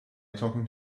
talking